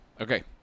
Okay